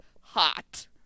hot